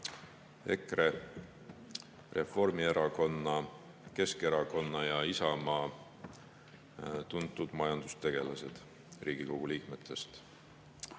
EKRE, Reformierakonna, Keskerakonna ja Isamaa tuntud majandustegelased Riigikogus.